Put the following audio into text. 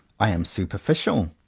i am superficial.